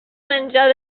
menjar